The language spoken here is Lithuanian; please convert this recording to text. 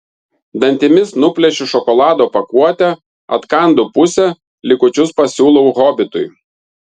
dantimis nuplėšiu šokolado pakuotę atkandu pusę likučius pasiūlau hobitui